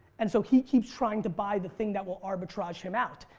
and so he keeps trying to buy the thing that will arbitrage him out.